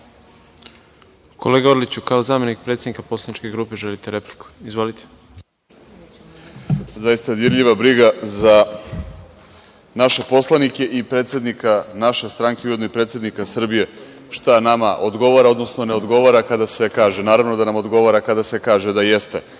Kolega Orliću, kao zamenik predsednika poslaničke grupe želite repliku? (Da.)Izvolite. **Vladimir Orlić** Zaista dirljiva briga za naše poslanike i predsednika naše stranke, ujedno i predsednika Srbije, šta nama odgovara, odnosno ne odgovara kada se kaže. Naravno da nam odgovara kada se kaže da jeste